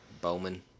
Bowman